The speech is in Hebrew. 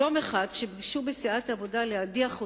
יום אחד, כשביקשו בסיעת העבודה להדיח אותך,